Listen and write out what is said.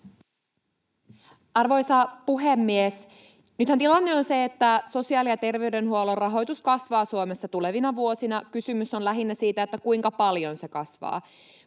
Arvoisa puhemies! Nythän tilanne on se, että sosiaali- ja terveydenhuollon rahoitus kasvaa Suomessa tulevina vuosina. Kysymys on lähinnä siitä, kuinka paljon se kasvaa.